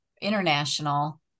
international